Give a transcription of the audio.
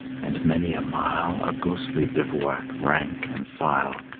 and many a mile, a ghostly bivouac rank and file,